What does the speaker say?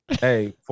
Hey